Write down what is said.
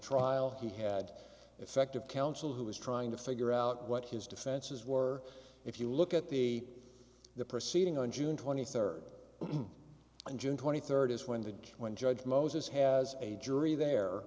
trial he had effective counsel who was trying to figure out what his defenses were if you look at the the proceeding on june twenty third and june twenty third is when the judge when judge moses has a jury they're